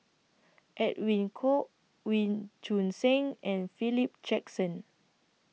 Edwin Koek Wee Choon Seng and Philip Jackson